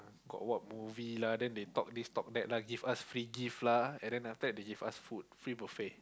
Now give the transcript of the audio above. got what movie lah then they talk this talk that lah give us free gift lah and then after that they give us food free buffet